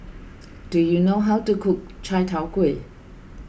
do you know how to cook Chai Tow Kway